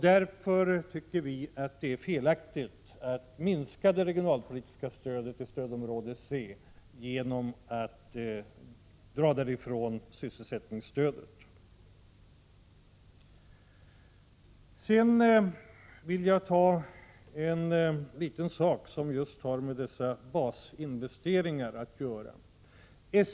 Därför tycker vi att det är felaktigt att minska det regionalpolitiska stödet till stödområde C genom att ta bort sysselsättningsstödet därifrån. Jag vill också ta upp en liten sak som just har med dessa basinvesteringar att göra.